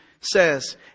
says